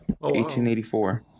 1884